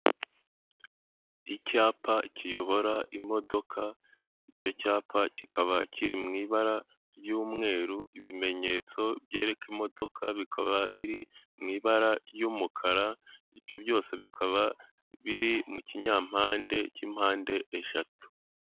Icyapa kiyobora imodoka, icyo cyapa kikaba kiri mu ibara ry'umweru, ibimenyetso byereka imodoka bikaba biri mu ibara ry'umukara ibyo byose bikaba biri mu kinyampande cy'impande eshatu.